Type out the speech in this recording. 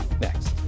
next